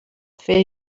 fer